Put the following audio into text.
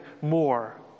more